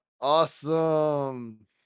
awesome